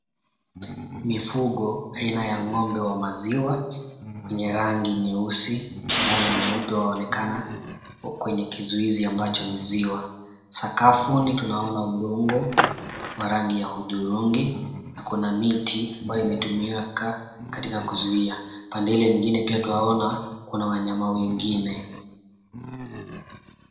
Mifugo aina ya ng'ombe wa maziwa wenye rangi nyeusi na rangi nyeupe waonekana kwenye kizuizi ambacho ni ziwa, sakafuni tunaona udongo wa rangi ya udhurungi, na kuna miti ambayo imetumiwa katika kuzuia pande ile nyingine, pia twaona kuna wanyama wengine.